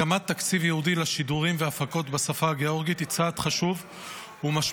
הקמת תקציב ייעודי לשידורים והפקות בשפה הגאורגית היא צעד חשוב ומשמעותי